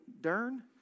Dern